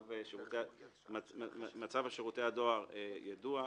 מצב שירותי הדואר ידוע.